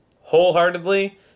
Wholeheartedly